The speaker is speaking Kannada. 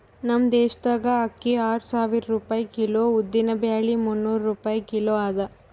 ನಮ್ ದೇಶದಾಗ್ ಅಕ್ಕಿ ಆರು ಸಾವಿರ ರೂಪಾಯಿ ಕಿಲೋ, ಉದ್ದಿನ ಬ್ಯಾಳಿ ಮುನ್ನೂರ್ ರೂಪಾಯಿ ಕಿಲೋ ಅದಾ